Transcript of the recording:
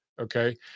Okay